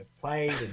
played